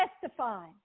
testify